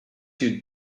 you